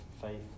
faith